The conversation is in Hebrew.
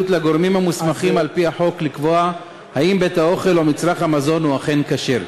לגורמים המוסמכים על-פי החוק לקבוע אם בית-האוכל או מצרך המזון הוא אכן כשר.